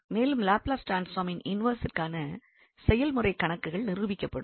மேலும் லாப்லஸ் ட்ரான்ஸ்பார்மின் இன்வெர்ஸிற்கான செயல்முறை கணக்குகள் நிரூபிக்கப்படும்